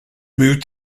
moved